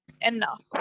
enough